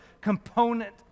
component